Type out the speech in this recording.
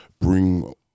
bring